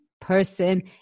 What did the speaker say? person